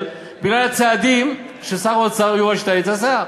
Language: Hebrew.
בגלל הצעדים ששר האוצר יובל שטייניץ עשה.